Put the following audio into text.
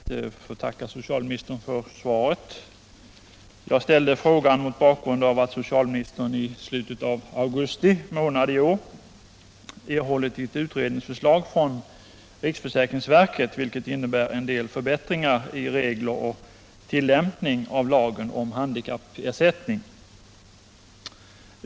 Herr talman! Jag skall be att få tacka socialministern för svaret. Jag ställde frågan mot bakgrund av att socialministern i slutet av augusti 13 i år har erhållit ett utredningsförslag från riksförsäkringsverket, vilket innebär en del förbättringar av reglerna när det gäller tillämpningen av lagen om handikappersättning.